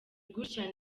gutya